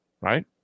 right